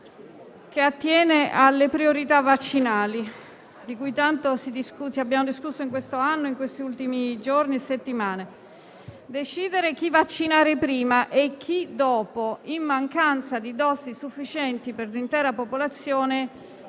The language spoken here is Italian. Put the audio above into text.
poiché attiene alle priorità vaccinali, di cui tanto abbiamo discusso in questo anno e in questi ultimi giorni. Decidere chi vaccinare prima e chi dopo, in mancanza di dosi sufficienti per l'intera popolazione,